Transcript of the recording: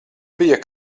bija